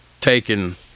taken